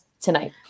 tonight